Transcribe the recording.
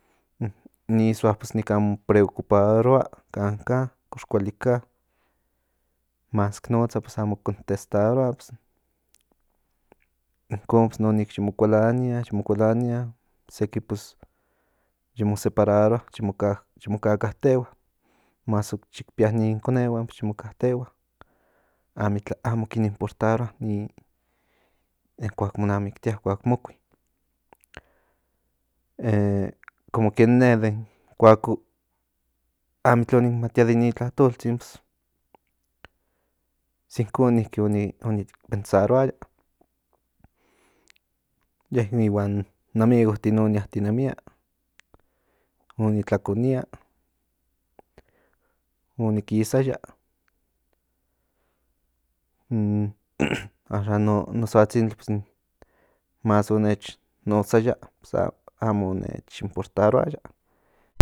In ni soa nikan mon preucuparoa kan ka kox kuali ka más notsa amo kontestaroa inkon yi mo kualania seki yi mo separaroa yi mo kakatehua más pía in nin konehuan yo mo katehua amo kin importaroa ni den kuak mo namiktia koak mokui como de ken ne amo o nik matia den ni tlatoltsin inkon niki o nik pensaroaya ye ihuan amigotin o niatinemia o ni tlakonia o nikisaya axan no soatzintli más o nech notsaya amo o nech importaroaya